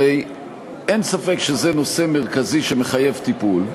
הרי אין ספק שזה נושא מרכזי שמחייב טיפול,